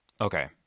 Okay